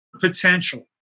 potential